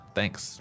Thanks